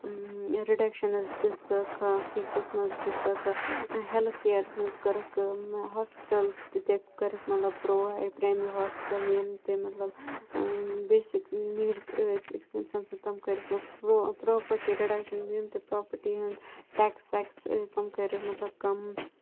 reductions دِژٕکھ فیٖسَس منٛز دِژٕکھ ہٮ۪لٕتھ کِیَرَس منٛز کٔرٕکھ ہاسپِٹَلَس دِتِکھ کٔرٕکھ مطلب پرٛووایڈ پرٛایویٹ ہاسپٹل یِم تہِ مطلب بیسِک نیٖڈٕز ٲسۍ أکِس اِنسان سٕنٛز تم کٔرِکھ پرٛوپٹی ڈِڈَکشَن یِم تہِ پرٛوپٹی ہِنٛدۍ ٹٮ۪کس وٮ۪کس ٲسۍ تِم کٔرِکھ مطلب کَم